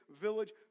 village